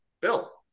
Bill